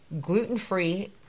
gluten-free